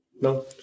No